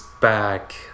back